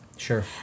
Sure